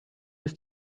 ist